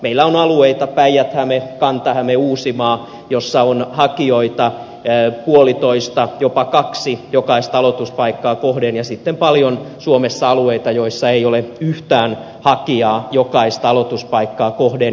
meillä on alueita päijät häme kanta häme uusimaa joissa on hakijoita puolitoista jopa kaksi jokaista aloituspaikkaa kohden ja sitten paljon suomessa alueita joissa ei ole yhtään hakijaa jokaista aloituspaikkaa kohden